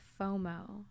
FOMO